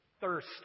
thirst